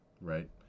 right